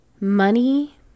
money